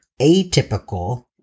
atypical